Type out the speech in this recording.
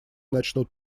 начнут